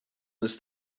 ist